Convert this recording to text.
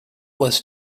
was